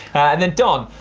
and then don.